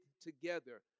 together